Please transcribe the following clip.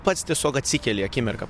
pats tiesiog atsikeli akimirką